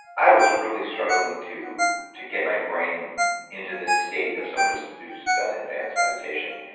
i was really struggling to to get my brain into this state of someone who's who's done advanced meditation.